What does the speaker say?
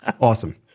Awesome